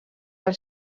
els